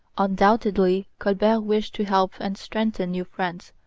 undoubtedly colbert wished to help and strengthen new france,